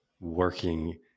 working